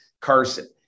Carson